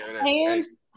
hands